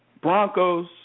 Broncos